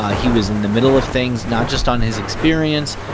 ah he was in the middle of things not just on his experience,